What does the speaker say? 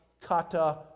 kata